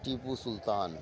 Tipu Sultan